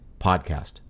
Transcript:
podcast